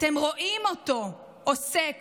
אתם רואים אותו עוסק